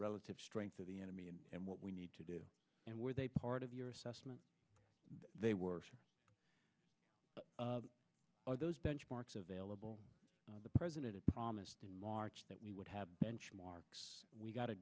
relative strength of the enemy and what we need to do and where they part of your assessment they were or those benchmarks available the president had promised in march that we would have benchmarks we got